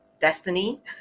destiny